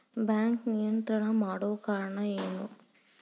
Bank ನಿಯಂತ್ರಣ ಮಾಡೊ ಕಾರ್ಣಾ ಎನು?